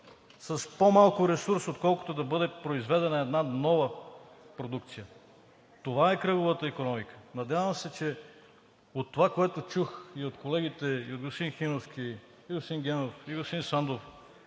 с по-малко ресурс, отколкото да бъде произведена една нова продукция. Това е кръговата икономика. Надявам се, че от това, което чух – и от колегите, и от господин Хиновски, и от господин Генов,